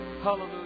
Hallelujah